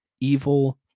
evil